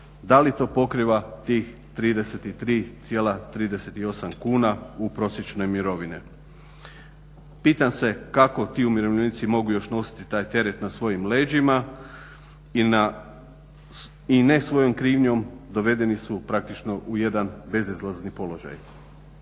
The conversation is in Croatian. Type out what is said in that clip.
Da li to pokriva tih 33,38 kuna u prosječnoj mirovini? Pitam se kako ti umirovljenici mogu još nositi taj teret na svojim leđima i ne svojom krivnjom dovedeni su praktično u jedan bezizlazni položaj.